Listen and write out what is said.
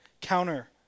counter